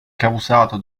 causato